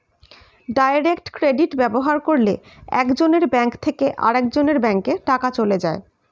direct credit ব্যবহার করলে একজনের ব্যাঙ্ক থেকে আরেকজনের ব্যাঙ্কে টাকা চলে যায়